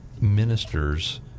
ministers